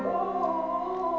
oh